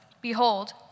Behold